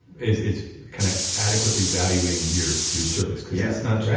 it's it's kinda adequately valuing your your service cause yeah it's not just,